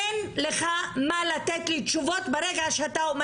אין לך מה לתת לי תשובות ברגע שאתה אומר